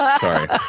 Sorry